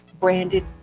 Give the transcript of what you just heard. branded